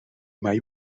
mai